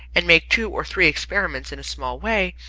and make two or three experiments in a small way,